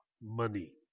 money